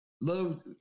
love